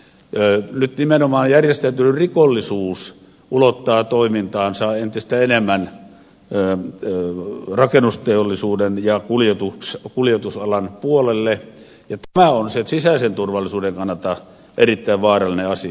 nyt nimenomaan järjestäytynyt rikollisuus ulottaa toimintaansa entistä enemmän rakennusteollisuuden ja kuljetusalan puolelle ja tämä on se sisäisen turvallisuuden kannalta erittäin vaarallinen asia